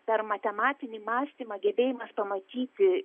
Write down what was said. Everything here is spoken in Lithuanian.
per matematinį mąstymą gebėjimas pamatyti